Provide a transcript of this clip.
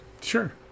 sure